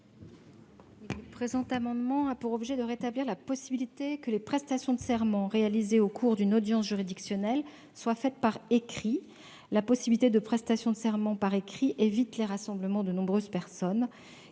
Le présent amendement a pour objet de rétablir la possibilité que les prestations de serment réalisées au cours d'une audience juridictionnelle soient faites par écrit. Cette possibilité évite les rassemblements de nombreuses personnes